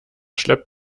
schleppt